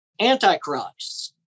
antichrists